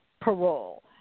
parole